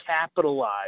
capitalize